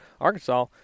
Arkansas